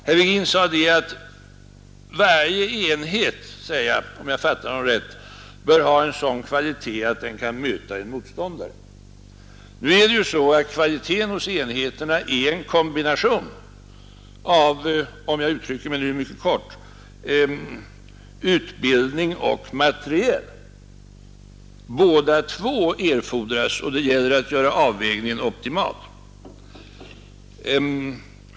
Herr Virgin sade, om jag fattade rätt, att varje enhet bör ha en sådan kvalitet att den kan möta en motståndare. Nu är ju kvalitet hos enheterna en kombination av, om jag uttrycker mig mycket kort, utbildning och materiel. Båda två erfordras, och det gäller att göra avvägningen optimal.